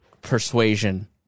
persuasion